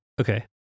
Okay